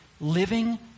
living